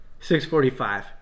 6.45